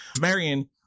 Marion